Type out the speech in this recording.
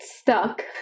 stuck